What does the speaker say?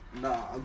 Nah